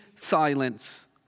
silence